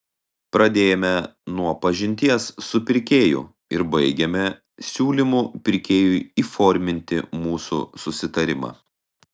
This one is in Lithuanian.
pradėjome nuo pažinties su pirkėju ir baigėme siūlymu pirkėjui įforminti mūsų susitarimą